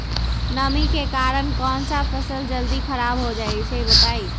नमी के कारन कौन स फसल जल्दी खराब होई छई बताई?